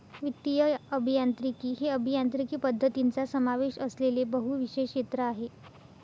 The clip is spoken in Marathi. वित्तीय अभियांत्रिकी हे अभियांत्रिकी पद्धतींचा समावेश असलेले बहुविषय क्षेत्र आहे